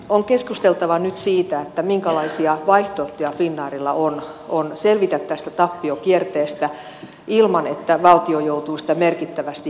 on keskusteltava nyt siitä minkälaisia vaihtoehtoja finnairilla on selvitä tästä tappiokierteestä ilman että valtio joutuu sitä merkittävästi pääomittamaan